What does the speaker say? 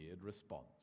response